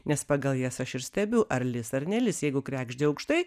nes pagal jas aš ir stebiu ar lis ar nelis jeigu kregždė aukštai